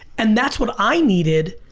and that's what i needed.